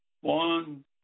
One